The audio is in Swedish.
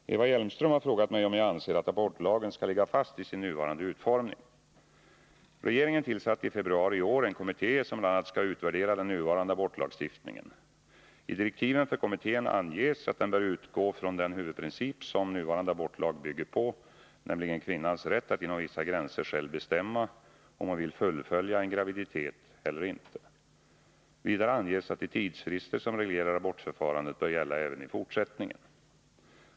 Herr talman! Eva Hjelmström har frågat mig om jag anser att abortlagen skall ligga fast i sin nuvarande utformning. Regeringen tillsatte i februari i år en kommitté som bl.a. skall utvärdera den nuvarande abortlagstiftningen. I direktiven för kommittén anges att den bör utgå från den huvudprincip som nuvarande abortlag bygger på, nämligen kvinnans rätt att inom vissa gränser själv bestämma om hon vill fullfölja en graviditet eller ej. Vidare anges att de tidsfrister som reglerar abortförfarandet bör gälla även i fortsättningen.